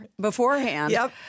beforehand